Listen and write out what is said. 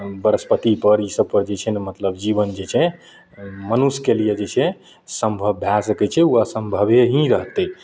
वृहस्पतिपर ई सबपर जे छै ने मतलब जीवन जे छै मनुषके लिए जे छै सम्भव भए सकय छै उ असम्भवे ही रहतय